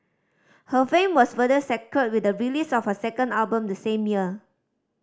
her fame was further secured with the release of her second album the same year